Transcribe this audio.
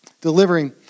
delivering